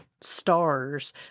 stars